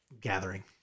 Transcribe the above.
gathering